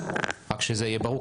רק שזה יהיה ברור.